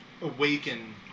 awaken